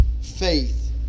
faith